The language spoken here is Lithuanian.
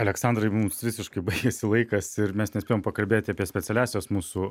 aleksandrai mums visiškai baigėsi laikas ir mes nespėjom pakalbėti apie specialiąsias mūsų